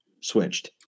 switched